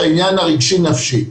העניין הרגשי-נפשי.